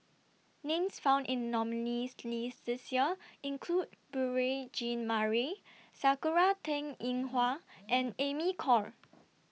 Names found in The nominees' list This Year include Beurel Jean Marie Sakura Teng Ying Hua and Amy Khor